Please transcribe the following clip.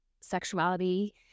sexuality